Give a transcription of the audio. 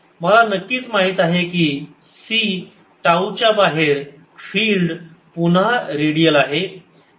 मला नक्कीच माहित आहे की c टाऊ च्या बाहेर फिल्ड पुन्हा रेडियल आहे